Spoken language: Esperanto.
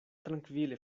trankvile